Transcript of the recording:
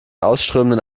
ausströmenden